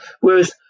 whereas